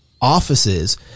offices